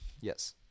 Yes